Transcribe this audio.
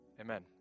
amen